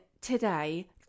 today